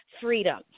Freedom